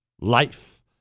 Life